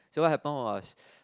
so what happen was